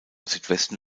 südwesten